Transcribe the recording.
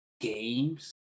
games